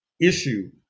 issue